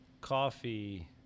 coffee